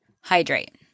hydrate